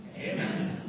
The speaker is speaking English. Amen